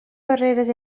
barreres